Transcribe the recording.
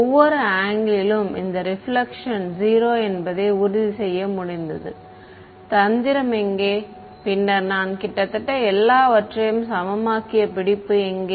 ஒவ்வொரு ஆங்கிளிலும் இந்த ரெபிலெக்ஷன் 0 என்பதை உறுதிசெய்ய முடிந்தது தந்திரம் எங்கே பின்னர் நான் கிட்டத்தட்ட எல்லாவற்றையும் சமமாக்கிய பிடிப்பு எங்கே